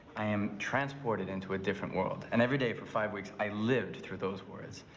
i am transported into a different world, and every day for five weeks, i lived through those words.